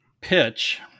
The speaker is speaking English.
pitch